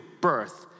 birth